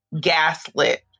gaslit